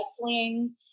wrestling